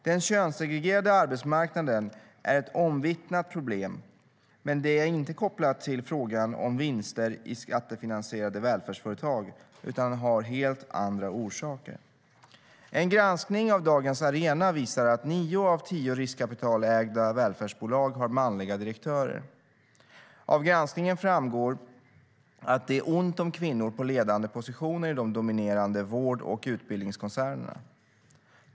Den könssegregerade arbetsmarknaden är ett omvittnat problem, men den är inte kopplad till frågan om vinster i skattefinansierade välfärdsföretag, utan har helt andra orsaker. En granskning av Dagens Arena visar att nio av tio riskkapitalägda välfärdsbolag har manliga direktörer. Av granskningen framgår att det är ont om kvinnor på ledande positioner i de dominerande vård och utbildningskoncernerna.